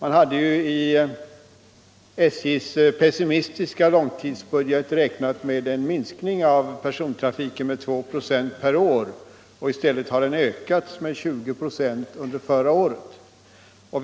I SJ:s pessimistiska långtidsbudget räknades med en minskning av persontrafiken med 2 96 per år. I stället ökade den förra året med 20 96.